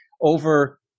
over